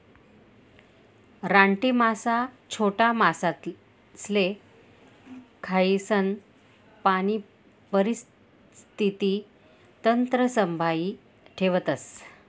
रानटी मासा छोटा मासासले खायीसन पाणी परिस्थिती तंत्र संभाई ठेवतस